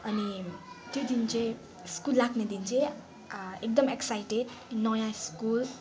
अनि त्यो दिन चाहिँ स्कुल लाग्ने दिन चाहिँ एकदम एक्साइटेट नयाँ स्कुल